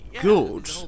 good